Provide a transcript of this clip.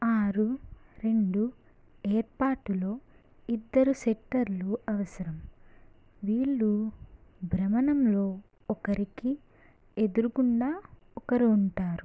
ఆరు రెండు ఏర్పాటులో ఇద్దరు సెట్టర్లు అవసరం వీళ్ళు భ్రమణంలో ఒకరికి ఎదురుగుండా ఒకరు ఉంటారు